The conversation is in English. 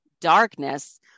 darkness